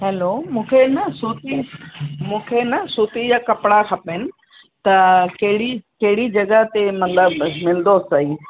hello मूंखे न सूती मूंखे न सूती जा कपिड़ा खपनि त कहिड़ी कहिड़ी जॻहि ते मतिलबु मिलंदो सही